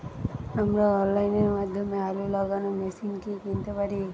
আমরা অনলাইনের মাধ্যমে আলু লাগানো মেশিন কি কিনতে পারি?